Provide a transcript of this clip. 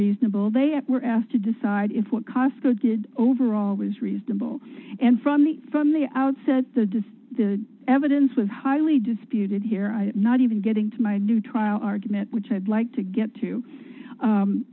reasonable they were asked to decide if what cosco did overall was reasonable and from the from the outset the the evidence was highly disputed here i'm not even getting to my new trial argument which i'd like to get to